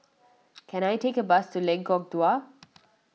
can I take a bus to Lengkok Dua